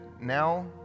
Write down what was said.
now